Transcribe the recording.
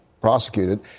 prosecuted